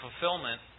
fulfillment